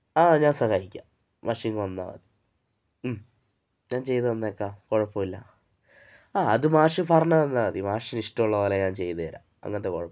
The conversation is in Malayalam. ആ ഞാൻ സഹായിക്കാം മാഷിങ്ങു വന്നാല് മതി ഞാൻ ചെയ്തുതന്നേക്കാം കുഴപ്പമില്ല ആ അത് മാഷ് പറഞ്ഞുതന്നാല് മതി മാഷിന് ഇഷ്ടമുള്ളപോലെ ഞാൻ ചെയ്തുതരാം അങ്ങനത്തെ കുഴപ്പമൊന്നുമില്ല